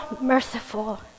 merciful